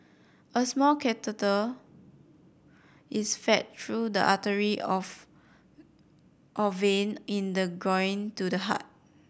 a small catheter is fed through the artery off or vein in the groin to the heart